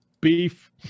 beef